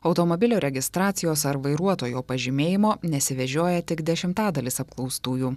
automobilio registracijos ar vairuotojo pažymėjimo nesivežioja tik dešimtadalis apklaustųjų